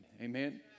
Amen